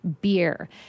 beer